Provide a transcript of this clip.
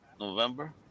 November